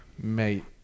mate